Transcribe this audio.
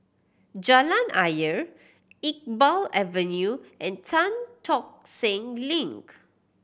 Jalan Ayer Iqbal Avenue and Tan Tock Seng Link